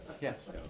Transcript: Yes